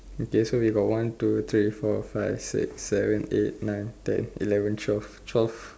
okay so we got one two three four five six seven eight nine ten eleven twelve twelve